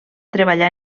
treballar